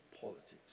politics